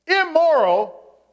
immoral